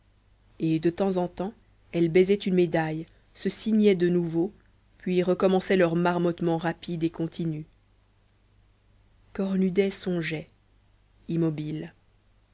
et de temps en temps elle baisaient une médaille se signaient de nouveau puis recommençaient leur marmottement rapide et continu cornudet songeait immobile